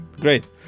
Great